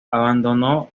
abandonó